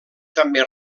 també